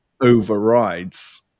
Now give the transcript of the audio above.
overrides